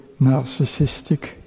narcissistic